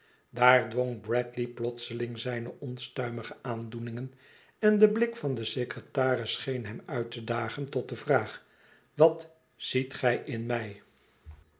daar bedwong bradley plotseling zijne onstuimige aandoeningen en de blik van den secretaris scheen hem uit te dagen tot de vraag wat ziet gij m mij